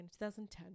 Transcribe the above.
2010